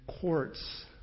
courts